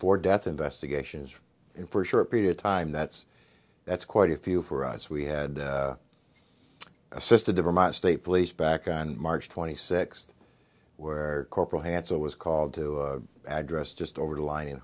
four death investigations in for a short period of time that's that's quite a few for us we had assisted the vermont state police back on march twenty sixth where corporal hansell was called to address just over the line in